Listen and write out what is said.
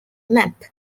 map